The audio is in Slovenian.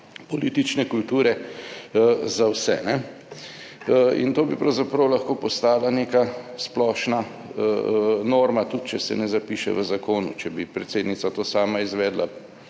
politične kulture za vse. In to bi pravzaprav lahko postala neka splošna norma, tudi če se ne zapiše v zakonu. Če bi predsednica to sama izvedla,